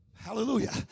hallelujah